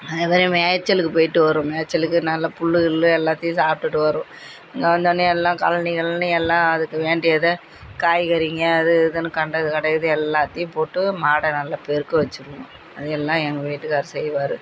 அந்தமாதிரி மேய்ச்சலுக்கு போயிட்டு வரும் மேய்ச்சலுக்கு நல்லா புல்லு கில்லு எல்லாத்தையும் சாப்பிட்டுட்டு வரும் இங்கே வந்தோடன்னே எல்லாம் கழுனி கிழுனி எல்லாம் அதுக்கு வேண்டியதை காய்கறிங்கள் அது இதுன்னு கண்டது கடையது எல்லாத்தையும் போட்டு மாடை நல்லா பெருக்க வச்சுருவோம் அது எல்லாம் எங்கள் வீட்டுக்கார் செய்வார்